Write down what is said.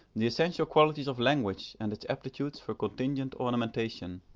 the essential qualities of language and its aptitudes for contingent ornamentation,